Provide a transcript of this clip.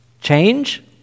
Change